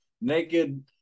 naked